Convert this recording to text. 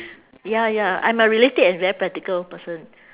ya ya I'm a realistic and very practical person